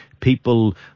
people